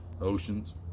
oceans